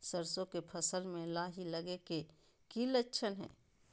सरसों के फसल में लाही लगे कि लक्षण हय?